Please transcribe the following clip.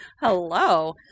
hello